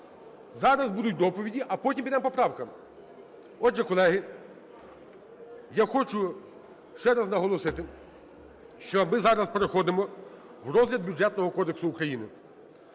Зараз будуть доповіді, а потім підемо по правках. Отже, колеги, я хочу ще раз наголосити, що ми зараз переходимо в розгляд Бюджетного кодексу України.